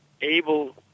able